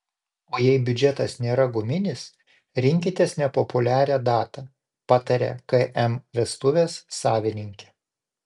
o jei biudžetas nėra guminis rinkitės nepopuliarią datą pataria km vestuvės savininkė